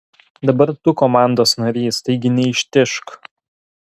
dabar tu komandos narys taigi neištižk